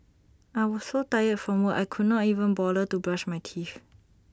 I was so tired from work I could not even bother to brush my teeth